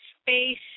space